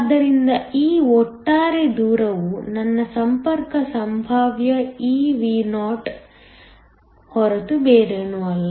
ಆದ್ದರಿಂದ ಈ ಒಟ್ಟಾರೆ ದೂರವು ನನ್ನ ಸಂಪರ್ಕ ಸಂಭಾವ್ಯ eVo ಹೊರತು ಬೇರೇನೂ ಅಲ್ಲ